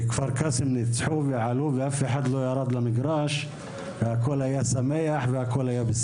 כפר קאסם ניצחו ועלו ואף אחד לא ירד למגרש והכול היה שמח ובסדר.